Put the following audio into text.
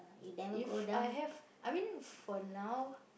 if I have I mean for now